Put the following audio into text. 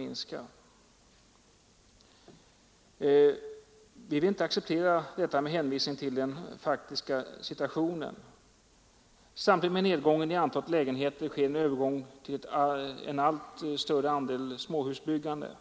Detta vill vi inte acceptera med hänvisning till den faktiska situationen. Samtidigt med nedgången i antalet lägenheter sker en övergång till allt större andel småhusbyggande.